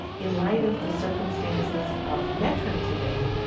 in light of the circumstances of metro today,